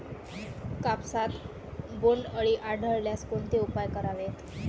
कापसात बोंडअळी आढळल्यास कोणते उपाय करावेत?